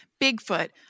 Bigfoot